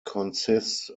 consists